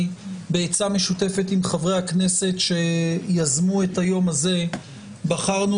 שבעצה משותפת עם חברי הכנסת שיזמו את היום הזה בחרנו